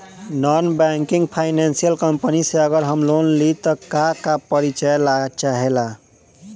Non banking financial company से अगर हम लोन लि त का का परिचय चाहे ला?